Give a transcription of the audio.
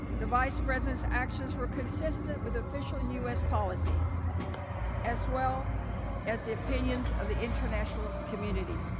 the vice president's actions were consistent with official u. s. policy as well as the opinions of the international community.